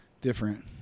different